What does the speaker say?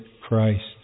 Christ